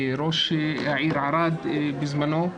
כראש העיר ערד בזמנו.